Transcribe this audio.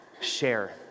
share